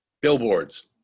Billboards